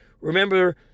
remember